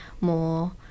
more